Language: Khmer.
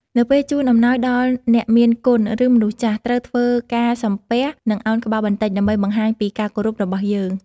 នៅពេលជូនអំណោយដល់អ្នកមានគុណ ឬមនុស្សចាស់ ត្រូវធ្វើការ សំពះ និង ឱនក្បាលបន្តិច ដើម្បីបង្ហាញពីការគោរពរបស់យើង។